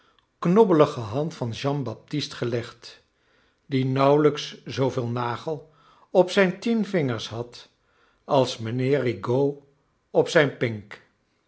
knobbelige hand van jean baptist gelegd die nauwelijks zooveel nagel op zijn tien vingers had als mijnheer rigaud op zijn pink